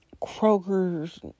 Kroger's